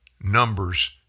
numbers